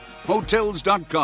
Hotels.com